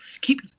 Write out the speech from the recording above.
keep